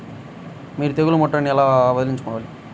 మీరు తెగులు ముట్టడిని ఎలా వదిలించుకోవాలి?